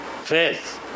face